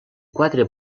quatre